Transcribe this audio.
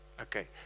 Okay